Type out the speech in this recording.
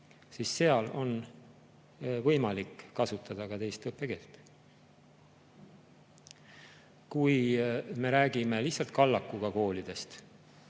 siis seal on võimalik kasutada ka teist õppekeelt. Kui me räägime lihtsalt kallakuga koolidest,